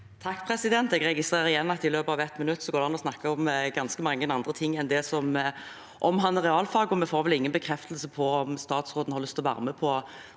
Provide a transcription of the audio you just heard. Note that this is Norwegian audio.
(H) Jeg registrerer igjen at i løpet av 1 minutt går det an å snakke om ganske mange andre ting enn det som omhandler realfag, og vi får vel ingen bekreftelse på om statsråden har lyst til å være med på